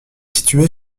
située